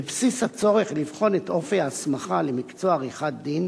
בבסיס הצורך לבחון את אופי ההסמכה למקצוע עריכת-הדין